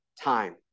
time